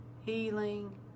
healing